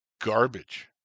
Garbage